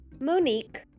Monique